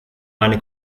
meine